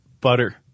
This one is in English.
butter